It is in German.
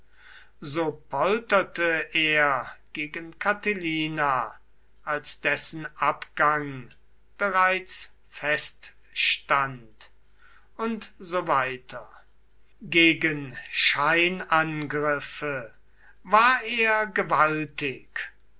so polterte er gegen catilina als dessen abgang bereits feststand und so weiter gegen scheinangriffe war er gewaltig